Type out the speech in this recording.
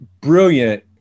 brilliant